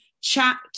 chat